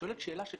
את שואלת אם